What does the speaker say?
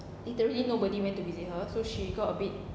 literally nobody went to visit her so she got a bit